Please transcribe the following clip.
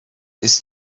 ist